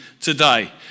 today